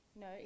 No